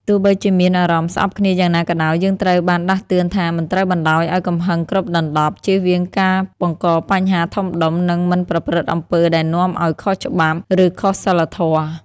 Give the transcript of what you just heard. ទោះបីជាមានអារម្មណ៍ស្អប់គ្នាយ៉ាងណាក៏ដោយ យើងត្រូវបានដាស់តឿនថា មិនត្រូវបណ្តោយឲ្យកំហឹងគ្របដណ្ដប់ ជៀសវាងការបង្កបញ្ហាធំដុំ និងមិនប្រព្រឹត្តអំពើដែលនាំឲ្យខុសច្បាប់ ឬខុសសីលធម៌។